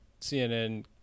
CNN